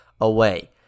away